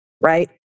right